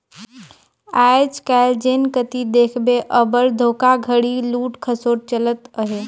आएज काएल जेन कती देखबे अब्बड़ धोखाघड़ी, लूट खसोट चलत अहे